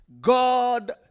God